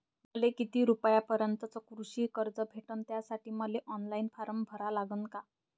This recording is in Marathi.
मले किती रूपयापर्यंतचं कृषी कर्ज भेटन, त्यासाठी मले ऑनलाईन फारम भरा लागन का?